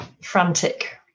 frantic